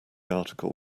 article